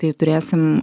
tai turėsim